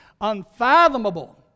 unfathomable